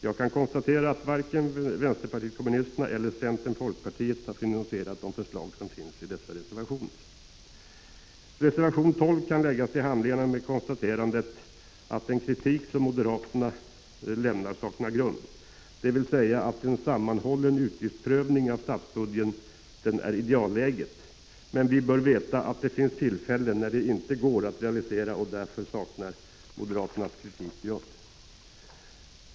Jag kan konstatera att varken vpk eller centern-folkpartiet har finansierat de förslag som finns i dessa reservationer. Reservation 12 kan läggas till handlingarna med konstaterandet att den kritik som moderaterna för fram saknar grund, dvs. att en sammanhållen utgiftsprövning av statsbudgeten är idealläget. Men vi bör veta att det finns tillfällen när det inte går att realisera, och därför finns det ingen grund för moderaternas kritik.